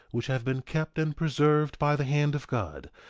which have been kept and preserved by the hand of god,